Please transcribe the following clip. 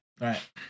right